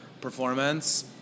performance